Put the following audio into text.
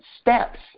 steps